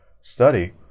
study